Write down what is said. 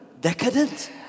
decadent